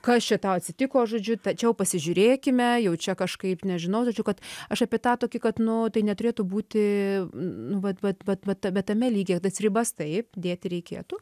kas čia tau atsitiko žodžiu tačiau pasižiūrėkime jau čia kažkaip nežinau tačiau kad aš apie tą tokį kad nu tai neturėtų būti nu vat vat vat vat tame tame lygyje tas ribas taip dėti reikėtų